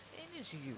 energy